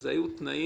ואלו היו תנאים,